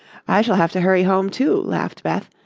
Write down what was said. i shall have to hurry home, too, laughed beth,